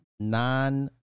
non